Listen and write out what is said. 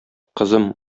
кызым